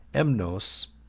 emnos,